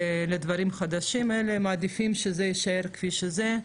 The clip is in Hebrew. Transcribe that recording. לדברים חדשים, אלא הם מעדיפים שזה יישאר כפי שזה,